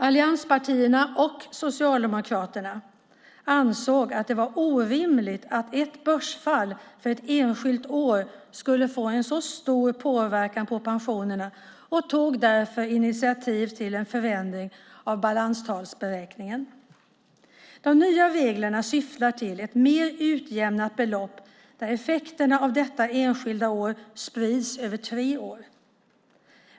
Allianspartierna och Socialdemokraterna ansåg att det var orimligt att ett börsfall för ett enskilt år skulle få en så stor påverkan på pensionerna och tog därför initiativ till en förändring av balanstalsberäkningen. De nya reglerna syftar till ett mer utjämnat förlopp där effekten av detta enskilda år sprids över tre år.